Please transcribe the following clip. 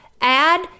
add